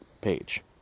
page